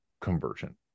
conversion